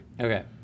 Okay